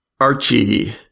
Archie